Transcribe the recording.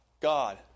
God